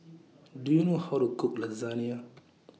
Do YOU know How to Cook Lasagna